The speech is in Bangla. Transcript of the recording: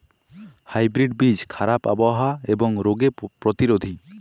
হাইব্রিড বীজ খারাপ আবহাওয়া এবং রোগে প্রতিরোধী